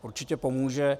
Určitě pomůže.